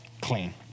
clean